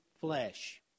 flesh